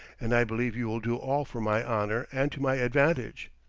and i believe you will do all for my honour and to my advantage.